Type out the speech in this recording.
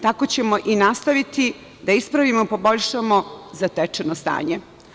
Tako ćemo i nastaviti, da ispravimo i poboljšamo zatečeno stanje.